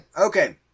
Okay